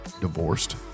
divorced